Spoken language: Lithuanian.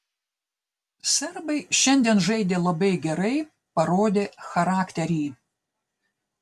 serbai šiandien žaidė labai gerai parodė charakterį